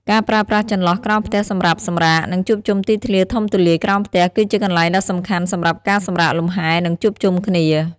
ការប្រើប្រាស់ចន្លោះក្រោមផ្ទះសម្រាប់សម្រាក និងជួបជុំទីធ្លាធំទូលាយក្រោមផ្ទះ គឺជាកន្លែងដ៏សំខាន់សម្រាប់ការសម្រាកលំហែ និងជួបជុំគ្នា ។